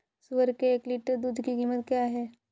सुअर के एक लीटर दूध की कीमत क्या है?